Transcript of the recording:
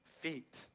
feet